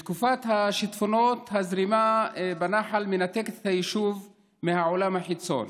בתקופת השיטפונות הזרימה בנחל מנתקת את היישוב מהעולם החיצון.